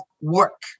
work